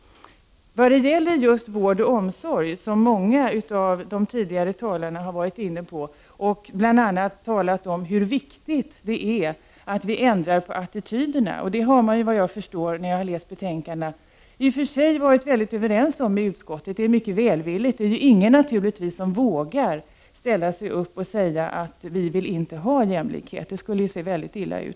Vård och omsorg har många av de tidigare talarna varit inne på, och de har bl.a. talat om hur viktigt det är att vi ändrar på attityderna. Och av utskottsbetänkandet framgår att man har varit mycket överens om detta i utskottet. Utskottets skrivningar är mycket välvilliga. Det är naturligtvis ingen som vågar ställa sig upp och säga att han eller hon inte vill ha jämlikhet. Det skulle ju se mycket illa ut.